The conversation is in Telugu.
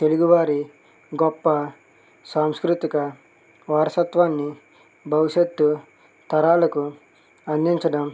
తెలుగువారి గొప్ప సాంస్కృతిక వారసత్వాన్ని భవిష్యత్తు తరాలకు అందించడం